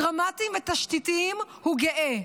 דרמטיים ותשתיתיים הוא גאה.